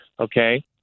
Okay